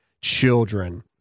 children